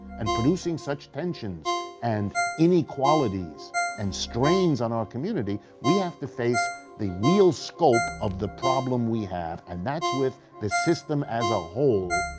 and producing such tensions and inequalities and strains on our community, we have to face the real scope of the problem we have and that's with the system as a whole.